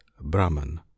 brahman